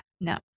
no